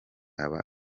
aba